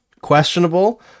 Questionable